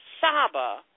Saba